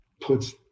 puts